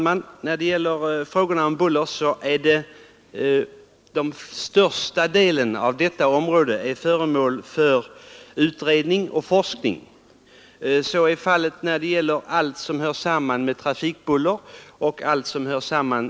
Herr talman! Den övervägande delen av frågorna på bullerområdet är föremål för utredning och forskning. Detta gäller således allt som hör samman med trafikbuller och buller inom arbetsmiljön.